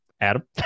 Adam